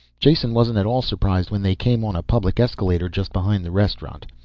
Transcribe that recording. jason wasn't at all surprised when they came on a public escalator just behind the restaurant.